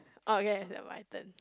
okay never mind then